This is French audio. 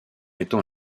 étant